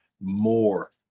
more